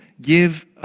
give